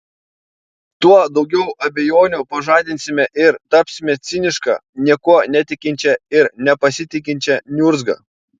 tuo daugiau abejonių pažadinsime ir tapsime ciniška niekuo netikinčia ir nepasitikinčia niurzga